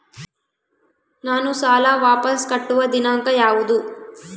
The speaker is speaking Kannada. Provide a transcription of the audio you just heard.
ನಾನು ಸಾಲ ವಾಪಸ್ ಕಟ್ಟುವ ದಿನಾಂಕ ಯಾವುದು?